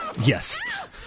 Yes